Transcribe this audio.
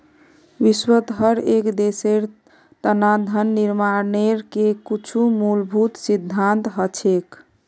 विश्वत हर एक देशेर तना धन निर्माणेर के कुछु मूलभूत सिद्धान्त हछेक